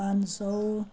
पाँच सौ